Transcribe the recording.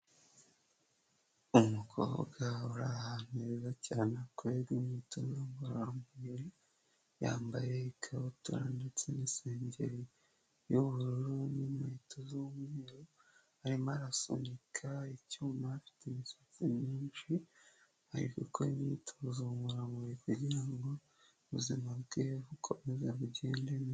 Umukobwa uri ahantu heza cyane bakorera imyitozo ngororamubiri yari yambaye igabutura ndetse n'isengeri y'ubururu n'inkweto z'ubumweru arimo arasunika icyuma afite imisatsi myinshi ariko gukora imyitozo ngororamubiri kugira ngo ubuzima bwe bukomeze bugende neza.